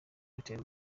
airtel